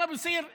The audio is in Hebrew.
כמו שקורה